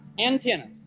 antenna